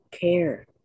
care